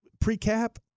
Pre-cap